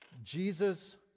Jesus